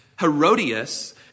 Herodias